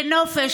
לנופש,